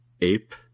Ape